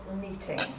meeting